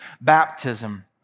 baptism